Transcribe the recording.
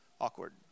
awkward